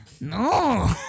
No